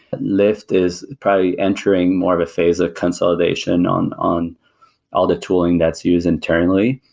lyft is probably entering more of a phase of consolidation on on all the tooling that's used internally.